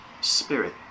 Spirit